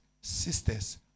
sisters